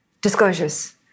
disclosures